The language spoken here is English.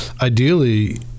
Ideally